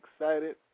excited